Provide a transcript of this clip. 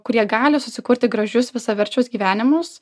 kurie gali susikurti gražius visaverčius gyvenimus